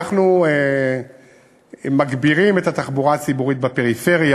אנחנו מגבירים את התחבורה הציבורית בפריפריה.